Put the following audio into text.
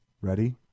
Ready